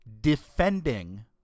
defending